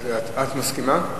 את מסכימה?